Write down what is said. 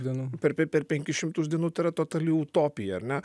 dienų per per penkis šimtus dienų yra totali utopija ar ne